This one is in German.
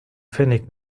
pfennig